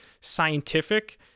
scientific